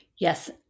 Yes